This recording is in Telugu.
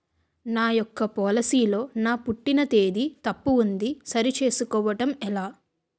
నా యెక్క పోలసీ లో నా పుట్టిన తేదీ తప్పు ఉంది సరి చేసుకోవడం ఎలా?